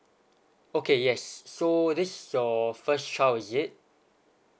okay yes so this is your first child is it